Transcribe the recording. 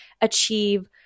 achieve